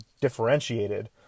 differentiated